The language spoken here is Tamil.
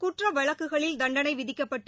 குற்ற வழக்குகளில் தண்டனை விதிக்கப்பட்டு